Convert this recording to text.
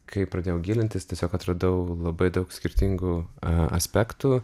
kai pradėjau gilintis tiesiog atradau labai daug skirtingų aspektų